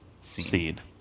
Seed